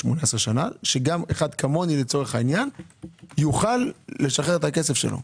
שגם אחד כמוני לצורך העניין יוכל לשחרר את הכסף שלו,